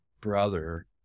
brother